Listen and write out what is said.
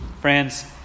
friends